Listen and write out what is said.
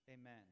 Amen